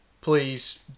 Please